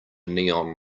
neon